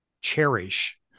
cherish